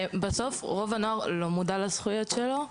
בסוף רוב הנוער לא מודע לזכויות שלו.